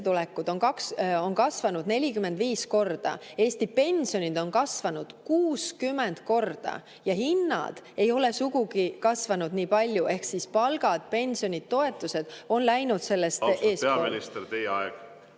sissetulekud on kasvanud 45 korda, Eesti pensionid on kasvanud 60 korda ja hinnad ei ole sugugi kasvanud nii palju, ehk siis palgad-pensionid-toetused on läinud sellest eespool.